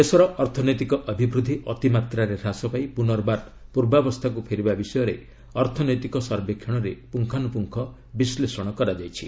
ଦେଶର ଅର୍ଥନୈତିକ ଅଭିବୃଦ୍ଧି ଅତିମାତ୍ରାରେ ହ୍ରାସ ପାଇଁ ପୁନର୍ବାର ପୂର୍ବାବସ୍ଥାକୁ ଫେରିବା ବିଷୟରେ ଅର୍ଥନୈତିକ ସର୍ବେକ୍ଷଣରେ ପୁଙ୍ଗାନୁପୁଙ୍ଗ ବିଶ୍ଳେଷଣ କରାଯାଇଛି